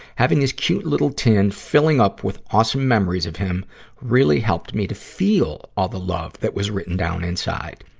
having his cute, little tin filling up with awesome memories of him really helped me to feel all the love that was written down inside.